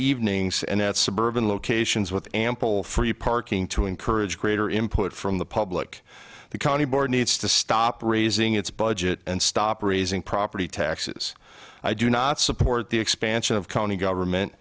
evenings and at suburban locations with ample free parking to encourage greater import from the public the county board needs to stop raising its budget and stop raising property taxes i do not support the expansion of county government